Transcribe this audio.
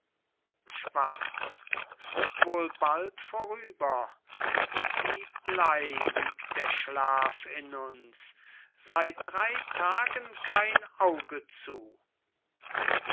schwarz wohl bald vorüber wie bley liegt der schlaf in uns seit drei tagen kein auge zu